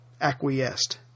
acquiesced